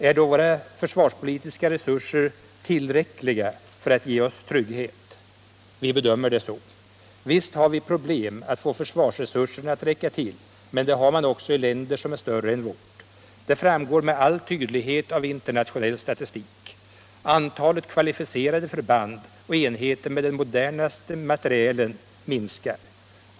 Är då våra försvarspolitiska resurser tillräckliga för att ge oss trygghet? Vi bedömer det så: Visst har vi problem att få försvarsresurserna att räcka till, men det har man också i länder som är större än vårt. Det framgår med all tydlighet av internationell statistik. Antalet kvalificerade förband och enheter med den modernaste materielen minskar.